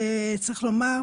צריך לומר,